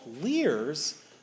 Lears